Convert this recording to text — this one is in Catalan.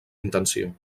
intenció